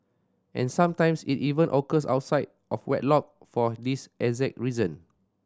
and sometimes it even occurs outside of wedlock for this exact reason